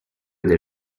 del